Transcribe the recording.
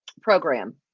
program